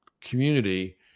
community